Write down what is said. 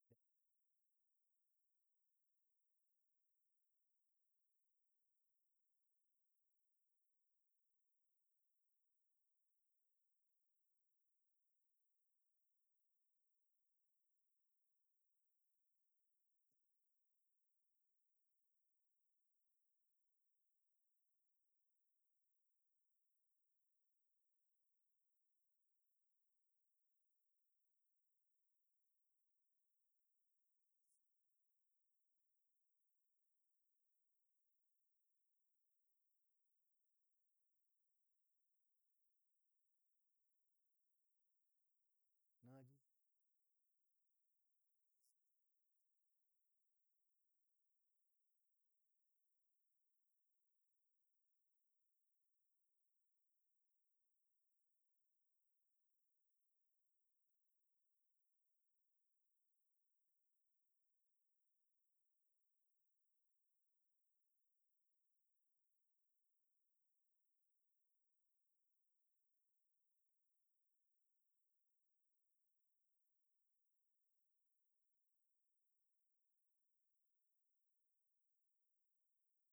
Be kwaamaga tikai n mela gən a kwamkwami kan fa le nəl gəm kan kele juni keba mi kan jale mibam nəli kan male kilan nəbɔ nəl kan yʊlale nəl gə nanyo kanjəl təni mə jela mʊninyi malam male a wɔm gwam nəngɔ juwa bwi aməndi mən kʊwɔ adə gi mə mela yim gənɔ fa təmni gəm n jifili nya nəngɔ juwa bwi mə ma gɔlale n mela təmi nana mən nyanya nəl gənɔni nyo gə yi jəboɔ nəfitəmo gə kwiya kwamigəni nan maa, gə nanyo bʊlami ju mə swile suwani nyo bwe ni mə je dun gənɔ le gə malam male nyo kwamani malam male agun a sam kɔtere na tatəm nəbɔ fə tangale waja yo, nəfitəmɔ alada na sai akwai bwe kan kwali gɔ wɔ.